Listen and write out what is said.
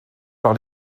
par